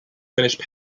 finished